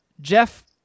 Jeff